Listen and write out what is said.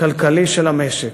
כלכלי של המשק,